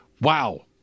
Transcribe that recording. Wow